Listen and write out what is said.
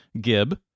gib